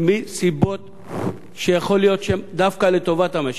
מסיבות שיכול להיות שהן דווקא לטובת המשק,